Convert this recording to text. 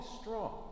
strong